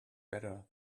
better